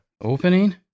Opening